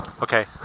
Okay